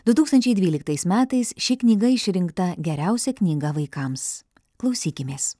du tūkstančiai dvyliktais metais ši knyga išrinkta geriausia knyga vaikams klausykimės